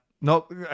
Nope